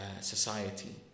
society